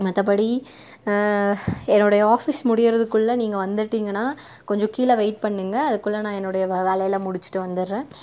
மற்றபடி என்னுடைய ஆஃபீஸ் முடிகிறதுக்குள்ள நீங்கள் வந்துட்டிங்கன்னா கொஞ்சம் கீழே வெயிட் பண்ணுங்க அதுக்குள்ளே நான் என்னுடைய வேலைல்லாம் முடிச்சுட்டு வந்துடுறேன்